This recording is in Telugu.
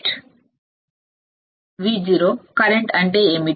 ఇన్పుట్ బయాస్ కరెంట్ ఏమిటి